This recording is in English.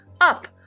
up